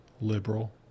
liberal